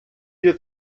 dir